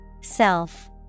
Self